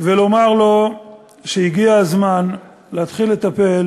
ולומר לו שהגיע הזמן להתחיל לטפל